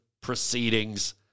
proceedings